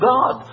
God